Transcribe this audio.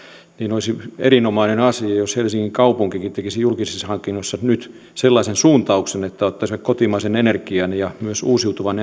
olisi erinomainen asia jos helsingin kaupunkikin ottaisi julkisissa hankinnoissa nyt sellaisen suuntauksen että ottaisimme kotimaisen energian ja myös uusiutuvan